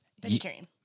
vegetarian